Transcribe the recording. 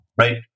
right